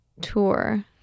tour